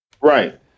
Right